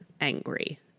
angry